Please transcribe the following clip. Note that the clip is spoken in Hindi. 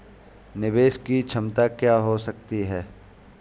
निवेश की क्षमता क्या हो सकती है?